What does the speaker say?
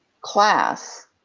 class